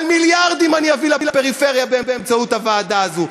אבל מיליארדים אני אביא לפריפריה באמצעות הוועדה הזו,